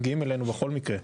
הם מגיעים אלינו בכל מקרה.